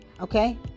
okay